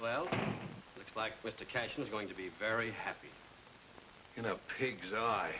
well like with the cash is going to be very happy you know pigs